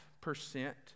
percent